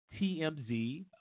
TMZ